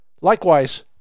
Likewise